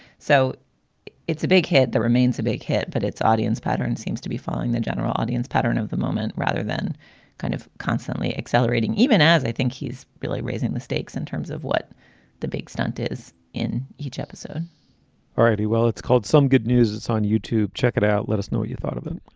so it's a big hit. the remains a big hit, but its audience pattern seems to be following the general audience pattern of the moment rather than kind of constantly accelerating, even as i think he's really raising the stakes in terms of what the big stunt is in each episode all right. well, it's called some good news. it's on youtube. check it out. let us know what you thought of it.